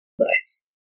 Nice